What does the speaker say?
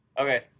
Okay